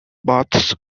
baths